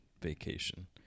vacation